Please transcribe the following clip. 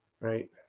right